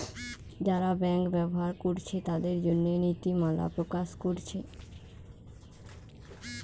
যারা ব্যাংক ব্যবহার কোরছে তাদের জন্যে নীতিমালা প্রকাশ কোরছে